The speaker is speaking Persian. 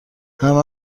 همه